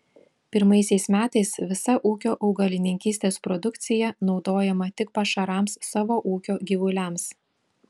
pirmaisiais metais visa ūkio augalininkystės produkcija naudojama tik pašarams savo ūkio gyvuliams